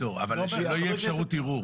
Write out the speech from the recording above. אבל שתהיה אפשרות ערעור.